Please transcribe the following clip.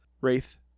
wraith